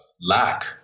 lack